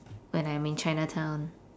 when I'm in chinatown